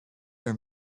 were